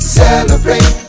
celebrate